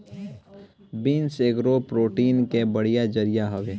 beans एगो protein के बढ़िया जरिया हवे